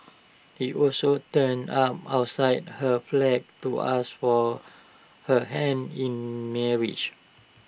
he also turned up outside her flat to ask for her hand in marriage